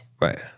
Right